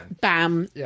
bam